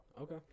Okay